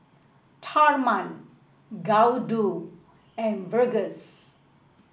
Tharman Gouthu and Verghese